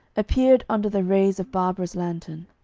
appeared under the rays of barbara's lantern.